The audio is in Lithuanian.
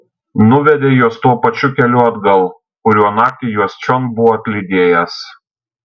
nuvedė juos tuo pačiu keliu atgal kuriuo naktį juos čion buvo atlydėjęs